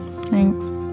Thanks